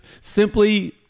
simply